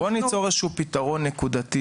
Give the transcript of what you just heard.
בואו ניצור איזשהו פתרון נקודתי,